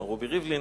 מר רובי ריבלין,